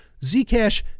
Zcash